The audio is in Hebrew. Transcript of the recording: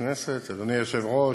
אדוני היושב-ראש,